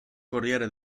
corriere